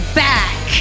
back